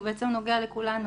הוא בעצם נוגע לכולנו.